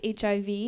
HIV